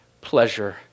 pleasure